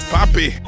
Poppy